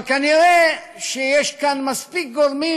אבל כנראה יש כאן מספיק גורמים,